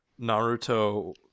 Naruto